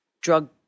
drug